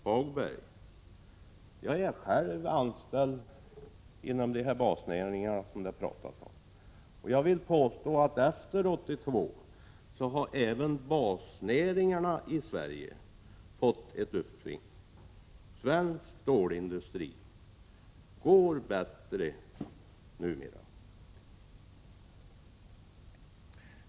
Jag vill då säga att jag själv arbetar inom de basnäringar som det här talas om. Jag vill påstå att efter 1982 har även basnäringarna i Sverige fått ett uppsving. Svensk stålindustri går bättre numera.